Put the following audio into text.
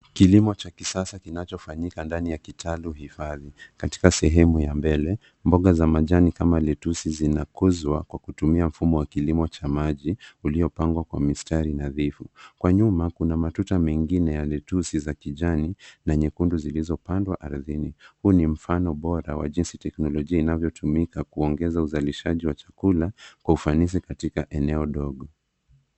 Kilimo cha kisasa kinachofanyika ndani ya kitalu hifadhi. Katika sehemu ya mbele mboga za majani kama lettuce zinakuzwa kwa kutumia mfumo wa kilimo cha maji uliopangwa kwa mistari nadhifu. Kwa nyuma kuna matunda mengine ya lettuce za kijani na nyekundu zilizopandwa ardhini. Huu ni mfano bora wa jinsi teknolojia inavyotumika kuongeza uzalishaji wa chakula kwa ufanisi katika eneo dogo.